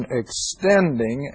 extending